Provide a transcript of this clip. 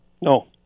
No